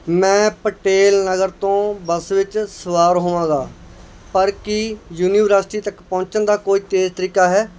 ਮੈਂ ਪਟੇਲ ਨਗਰ ਤੋਂ ਬੱਸ ਵਿੱਚ ਸਵਾਰ ਹੋਵਾਂਗਾ ਪਰ ਕੀ ਯੂਨੀਵਰਸਿਟੀ ਤੱਕ ਪਹੁੰਚਣ ਦਾ ਕੋਈ ਤੇਜ਼ ਤਰੀਕਾ ਹੈ